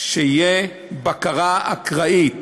שתהיה בקרה אקראית.